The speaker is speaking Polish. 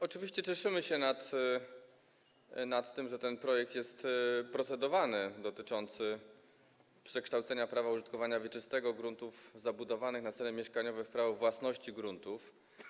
Oczywiście cieszymy się z tego, że ten projekt jest procedowany - projekt dotyczący przekształcenia prawa użytkowania wieczystego gruntów zabudowanych na cele mieszkaniowe w prawo własności gruntów.